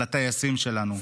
על הטייסים שלנו,